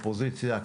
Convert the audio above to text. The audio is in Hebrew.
אופוזיציה,